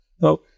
No